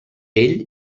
ell